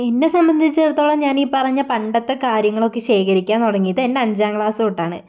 എന്നെ സംബന്ധിച്ചിടത്തോളം ഞാനീ പറഞ്ഞ പണ്ടത്തെ കാര്യങ്ങളൊക്കെ ശേഖരിയ്ക്കാൻ തുടങ്ങിയത് തന്നെ അഞ്ചാം ക്ലാസ്സ് തൊട്ടാണ്